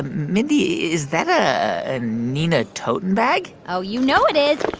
mindy, is that a and nina totenbag? oh, you know it is.